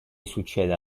succeda